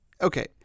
okay